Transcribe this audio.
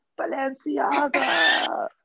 Balenciaga